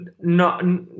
No